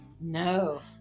No